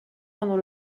pendant